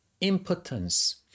impotence